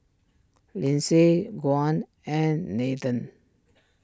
Lyndsay Juan and Nathen